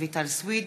רויטל סויד,